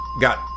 Got